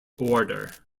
order